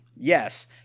Yes